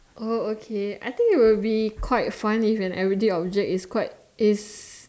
oh okay I think would be quite fun if everyday object is